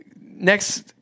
Next